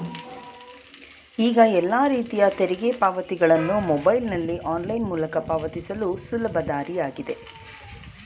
ಈಗ ಎಲ್ಲ ರೀತಿಯ ತೆರಿಗೆ ಪಾವತಿಗಳನ್ನು ಮೊಬೈಲ್ನಲ್ಲಿ ಆನ್ಲೈನ್ ಮೂಲಕ ಪಾವತಿಸಲು ಸುಲಭ ದಾರಿಯಾಗಿದೆ